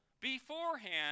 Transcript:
beforehand